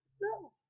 No